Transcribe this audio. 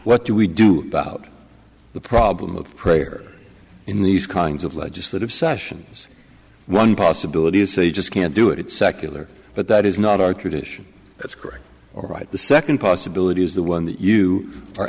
what do we do about the problem of prayer in these kinds of legislative sessions one possibility you say you just can't do it secular but that is not our tradition that's correct or right the second possibility is the one that you are